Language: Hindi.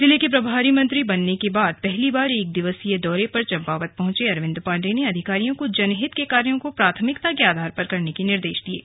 जिले के प्रभारी मंत्री बनने के बाद पहली बार एक दिवसीय दौरे पर चम्पावत पहंचे अरविंद पाण्डेय ने अधिकारियों को जनहित के कार्यों को प्राथमिकता के आधार पर करने के निर्देश दिये